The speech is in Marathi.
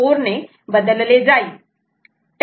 4 ने बदलले जाईल